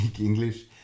English